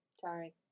Sorry